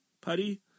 Putty